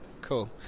cool